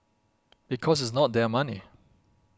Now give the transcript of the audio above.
because it's not their money